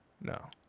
No